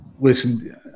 listen